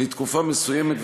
לתקופה מסוימת,